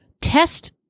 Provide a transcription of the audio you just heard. test